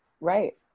right